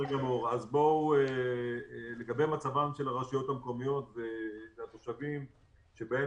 לגבי מצבן של הרשויות המקומיות והתושבים שבהן